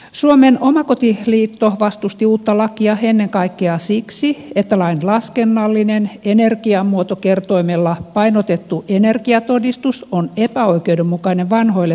suomen omakotiliitto vastusti uutta lakia ennen kaikkea siksi että lain laskennallinen energiamuotokertoimella painotettu energiatodistus on epäoikeudenmukainen vanhoille pientaloille